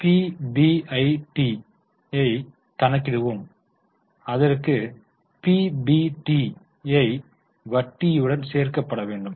பிபிஐடியைக் கணக்கிடுவோம் அதற்கு பிபிடி யுடன் வட்டி சேர்க்கப்பட வேண்டும்